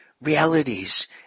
realities